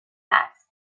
است